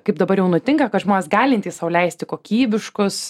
kaip dabar jau nutinka kad žmonės galintys sau leisti kokybiškus